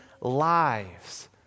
lives